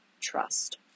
trust